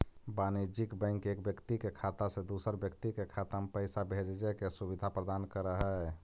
वाणिज्यिक बैंक एक व्यक्ति के खाता से दूसर व्यक्ति के खाता में पैइसा भेजजे के सुविधा प्रदान करऽ हइ